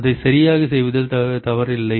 அதைச் சரியாகச் செய்வதில் தவறில்லை